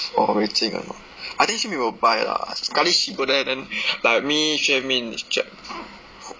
for wei jing or not I think xue min will buy lah sekali she go there then like me xue min tra~